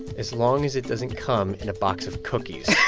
as long as it doesn't come in a box of cookies